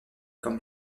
comme